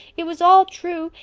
it was all true,